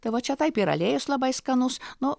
tai va čia taip ir aliejus labai skanus nu